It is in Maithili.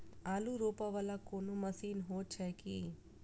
आलु रोपा वला कोनो मशीन हो छैय की?